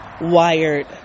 wired